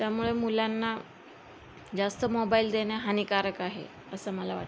त्यामुळे मुलांना जास्त मोबाईल देणे हानिकारक आहे असं मला वाटते